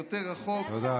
תודה רבה.